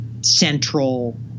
central